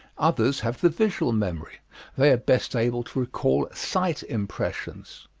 others have the visual memory they are best able to recall sight-impressions.